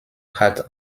hat